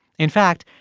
in fact,